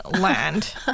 land